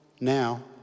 Now